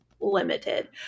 limited